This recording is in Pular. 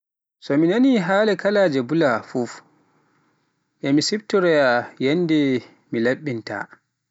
So mi nani haala kaalaje bula fuf, e mi siftoraya e yannde mi laɓɓinta.